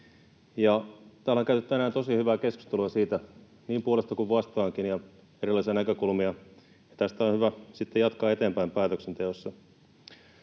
Täällä on käyty tänään tosi hyvää keskustelua niin puolesta kuin vastaankin, erilaisia näkökulmia, ja tästä on hyvä sitten jatkaa eteenpäin päätöksenteossa.